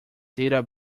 data